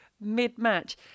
mid-match